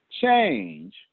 Change